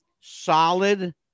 solid